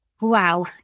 Wow